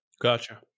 gotcha